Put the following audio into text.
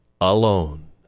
Alone